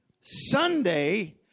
Sunday